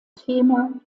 thema